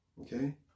okay